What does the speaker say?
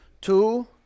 Two